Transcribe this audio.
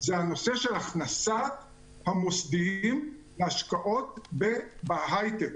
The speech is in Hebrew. זה הכנסת המוסדיים להשקעות בהייטק,